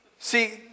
See